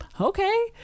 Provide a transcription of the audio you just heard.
okay